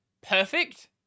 perfect